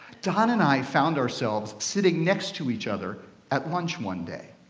don and i found ourselves sitting next to each other at lunch one day,